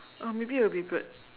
oh maybe you'll be good